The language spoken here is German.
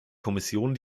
kommission